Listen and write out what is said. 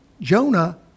Jonah